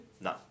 No